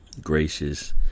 gracious